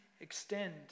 extend